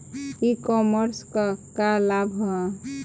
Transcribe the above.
ई कॉमर्स क का लाभ ह?